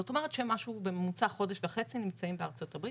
זאת אומרת שמשהו בממוצע חודש וחצי נמצאים בארצות הברית,